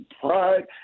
pride